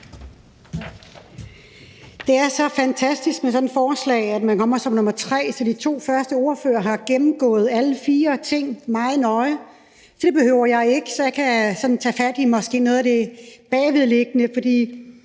Det er så fantastisk med sådan et forslag, når man kommer som nummer tre, efter de to første ordfører har gennemgået alle fire ting meget nøje, så det behøver jeg ikke. Så jeg kan måske sådan tage fat i noget af det bagvedliggende, for i